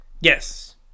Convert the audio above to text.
Yes